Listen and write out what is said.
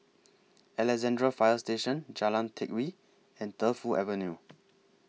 Alexandra Fire Station Jalan Teck Whye and Defu Avenue